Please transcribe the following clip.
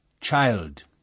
child